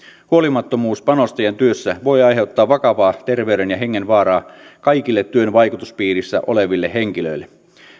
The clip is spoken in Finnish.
huolimattomuus panostajan työssä voi aiheuttaa vakavaa terveyden ja hengen vaaraa kaikille työn vaikutuspiirissä oleville henkilöille